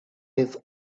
his